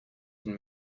can